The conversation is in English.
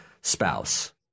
spouse